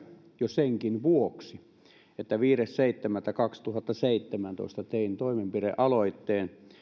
jo senkin vuoksi että viides seitsemättä kaksituhattaseitsemäntoista tein toimenpidealoitteen